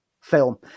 film